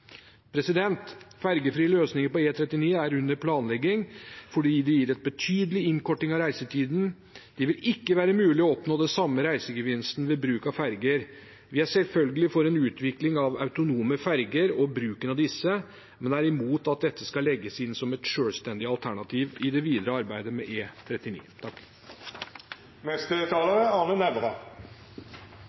løsninger på E39 er under planlegging fordi de gir en betydelig innkorting av reisetiden. Det vil ikke være mulig å oppnå den samme reisegevinsten med bruk av ferjer. Vi er selvfølgelig for en utvikling av autonome ferjer og bruken av disse, men vi er imot at dette skal legges inn som et selvstendig alternativ i det videre arbeidet med